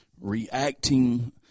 Reacting